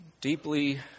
Deeply